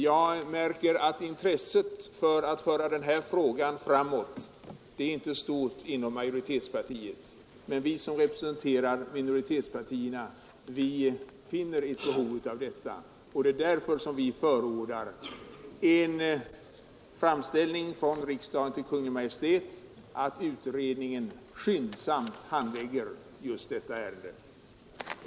Jag noterar att intresset för att föra den här frågan framåt inte är stort inom majoritetspartiet, men att vi som representerar minoritetspartierna finner ett stort behov härav. Därför förordar vi en framställning från riksdagen till Kungl. Maj:t att utredningen skyndsamt handlägger just detta ärende.